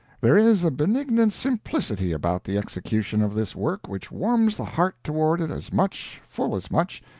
there is a benignant simplicity about the execution of this work which warms the heart toward it as much, full as much,